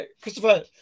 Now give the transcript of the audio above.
Christopher